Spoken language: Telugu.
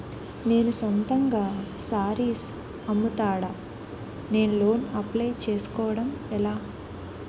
నేను సొంతంగా శారీస్ అమ్ముతాడ, నేను లోన్ అప్లయ్ చేసుకోవడం ఎలా?